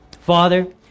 Father